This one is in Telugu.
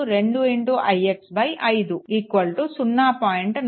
4 ix